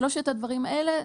שלושת הדברים האלה,